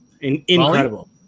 Incredible